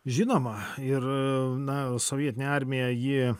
žinoma ir na sovietinė armija ji